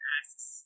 asks